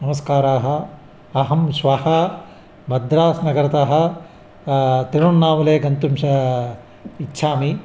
नमस्काराः अहं श्वः मद्रासनगरतः तिरुवण्णावुले गन्तुं श इच्छामि